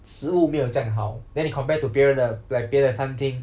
食物没有这样好 then 你 compare to 别人的 like 别的餐厅